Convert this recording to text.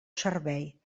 servei